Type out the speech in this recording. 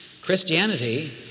Christianity